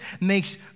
makes